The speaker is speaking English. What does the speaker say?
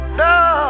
no